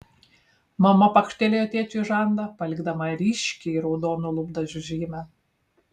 mama pakštelėjo tėčiui į žandą palikdama ryškiai raudonų lūpdažių žymę